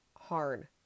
hard